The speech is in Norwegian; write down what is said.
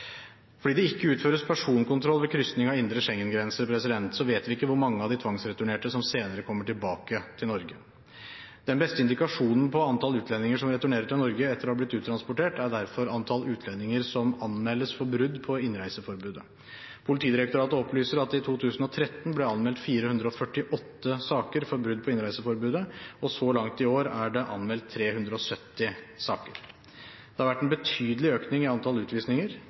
Fordi det ikke utføres personkontroll ved kryssing av indre Schengen-grense, vet vi ikke hvor mange av de tvangsreturnerte som senere kommer tilbake til Norge. Den beste indikasjonen på antallet utlendinger som returnerer til Norge etter å ha blitt uttransportert, er derfor antallet utlendinger som anmeldes for brudd på innreiseforbudet. Politidirektoratet opplyser at det i 2013 ble anmeldt 448 saker for brudd på innreiseforbudet, og så langt i år er det anmeldt 370 saker. Det har vært en betydelig økning i antallet utvisninger.